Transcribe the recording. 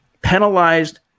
penalized